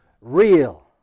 real